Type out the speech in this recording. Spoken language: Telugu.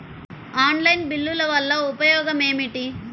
ఆన్లైన్ బిల్లుల వల్ల ఉపయోగమేమిటీ?